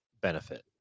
benefit